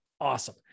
awesome